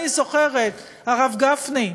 אני זוכרת, הרב גפני,